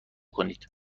کنید